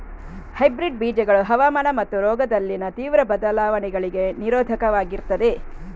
hybrid ಬೀಜಗಳು ಹವಾಮಾನ ಮತ್ತು ರೋಗದಲ್ಲಿನ ತೀವ್ರ ಬದಲಾವಣೆಗಳಿಗೆ ನಿರೋಧಕವಾಗಿರ್ತದೆ